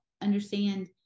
understand